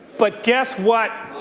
but guess what?